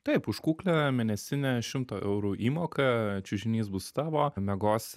taip už kuklią mėnesinę šimto eurų įmoką čiužinys bus tavo miegosi